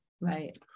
Right